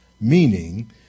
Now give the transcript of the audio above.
meaning